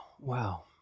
wow